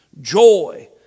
joy